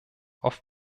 auf